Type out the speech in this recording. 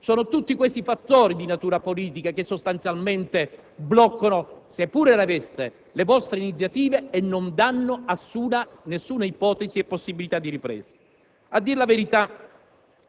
Sono tutti questi fattori di natura politica che seppure bloccano le destre impediscono le vostre stesse iniziative e non danno nessuna ipotesi e possibilità di ripresa. A dire la verità,